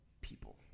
people